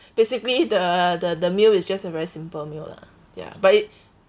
basically the the the meal is just a very simple meal lah ya but it